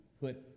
put